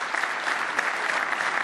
(מחיאות כפיים)